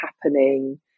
happening